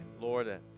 Lord